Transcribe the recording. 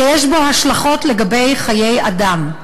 שיש בו השלכות לגבי חיי אדם.